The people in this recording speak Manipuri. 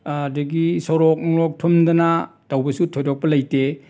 ꯑꯗꯒꯤ ꯁꯣꯔꯣꯛ ꯅꯨꯡꯂꯣꯛ ꯊꯨꯝꯗꯅ ꯇꯧꯕꯁꯨ ꯊꯣꯏꯗꯣꯛꯄ ꯂꯩꯇꯦ